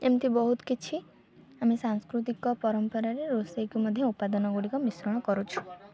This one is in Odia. ଏମତି ବହୁତ କିଛି ଆମେ ସାଂସ୍କୃତିକ ପରମ୍ପରାରେ ରୋଷେଇକୁ ମଧ୍ୟ ଉପାଦାନ ଗୁଡ଼ିକ ମିଶ୍ରଣ କରୁଛୁ